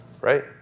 Right